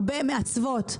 הרבה מעצבות,